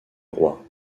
roi